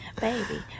baby